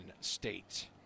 State